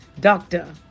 Doctor